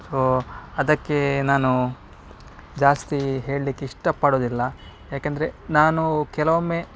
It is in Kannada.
ಸೋ ಅದಕ್ಕೆ ನಾನು ಜಾಸ್ತಿ ಹೇಳ್ಳಿಕ್ಕೆ ಇಷ್ಟಪಡುವುದಿಲ್ಲ ಯಾಕೆಂದರೆ ನಾನು ಕೆಲವೊಮ್ಮೆ